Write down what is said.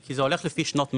כי זה הולך לפי שנות מס.